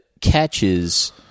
catches